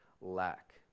lack